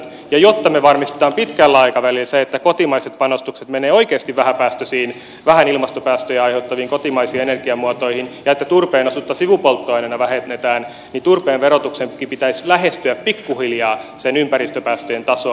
jotta me varmistamme pitkällä aikavälillä sen että kotimaiset panostukset menevät oikeasti vähäpäästöisiin vähän ilmastopäästöjä aiheuttaviin kotimaisiin energiamuotoihin ja että turpeen osuutta sivupolttoaineena vähennetään niin turpeen verotuksenkin pitäisi lähestyä pikkuhiljaa sen ympäristöpäästöjen tasoa